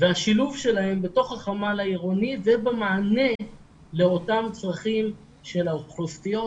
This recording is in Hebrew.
והשילוב שלהם בתוך החמ"ל העירוני ובמענה לאותם צרכים של האוכלוסיות,